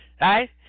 right